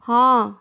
ହଁ